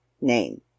name